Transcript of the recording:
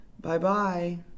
Bye-bye